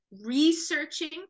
researching